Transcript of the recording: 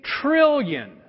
trillion